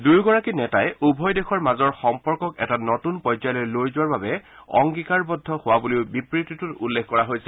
দুয়োগৰাকী নেতাই উভয় দেশৰ মাজৰ সম্পৰ্কক এটা নতুন পৰ্যায়লৈ লৈ যোৱাৰ বাবে অংগীকাৰবদ্ধ হোৱা বুলিও বিবৃটিতোত উল্লেখ কৰা হৈছে